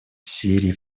сирии